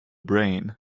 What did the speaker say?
brain